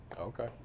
Okay